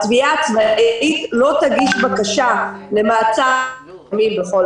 התביעה הצבאית לא תגיש בקשה למעצר- -- בכל